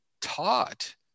taught